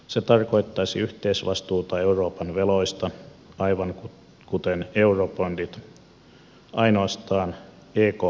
se tarkoittaisi yhteisvastuuta euroopan veloista aivan kuten eurobondit ainoastaan ekpn kautta